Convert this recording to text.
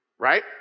right